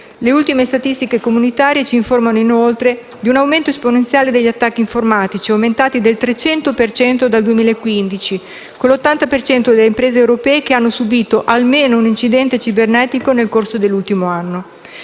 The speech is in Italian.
Le ultime statistiche comunitarie ci informano inoltre di un aumento esponenziale degli attacchi informatici, aumentati del 300 per cento dal 2015, con l'80 per cento delle imprese europee che hanno subito almeno un incidente cibernetico nel corso dell'ultimo anno.